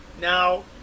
Now